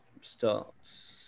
Starts